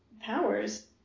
powers